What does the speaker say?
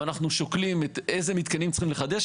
ואנחנו שוקלים אילו מתקנים צריך לחדש.